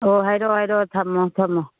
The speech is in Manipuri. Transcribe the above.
ꯑꯣ ꯍꯥꯏꯔꯛꯑꯣ ꯍꯥꯏꯔꯛꯑꯣ ꯊꯝꯃꯣ ꯊꯝꯃꯣ